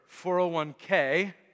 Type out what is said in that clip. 401k